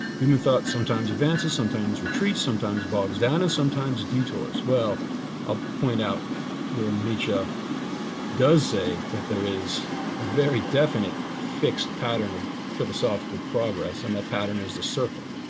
human thoughts sometimes advances, sometimes retreats, sometimes bogs down, and sometimes detours, well i'll ah point out where nietzsche does say that there is a very definite fixed pattern of philosophical progress and that pattern is the circle.